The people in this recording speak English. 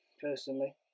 personally